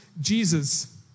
Jesus